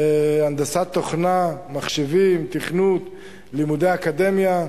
הנדסת תוכנה, מחשבים, תכנות, לימודי אקדמיה.